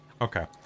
Okay